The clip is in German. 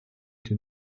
den